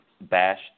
bash